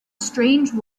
strange